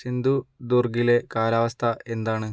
സിന്ധു ദുർഗിലെ കാലാവസ്ഥ എന്താണ്